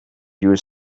use